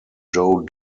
joe